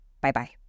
Bye-bye